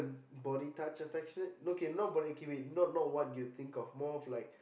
body touch affection no K not body K wait not not what you think more of like